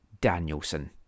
Danielson